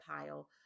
pile